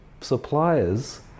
suppliers